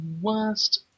worst